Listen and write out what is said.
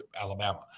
Alabama